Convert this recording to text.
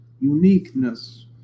uniqueness